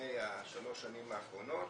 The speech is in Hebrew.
שלפני שלוש השנים האחרונות